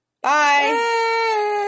Bye